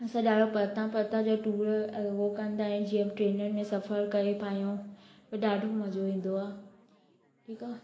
असां ॾाढो परितां परितां जा टूर हुओ कंदा आहिनि जीअं ट्रेनूनि में सफ़र कई पियूं त ॾाढो मजो ईंदो आहे ठीकु आहे